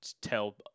tell